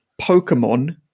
Pokemon